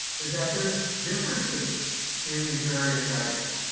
is that there's differences in these various guidance.